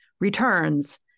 returns